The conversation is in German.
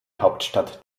hauptstadt